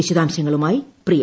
വിശദാംശങ്ങളുമായി പ്രിയ